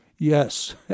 Yes